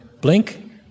blink